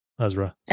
Ezra